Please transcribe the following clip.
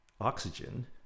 oxygen